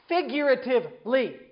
figuratively